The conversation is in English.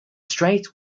straight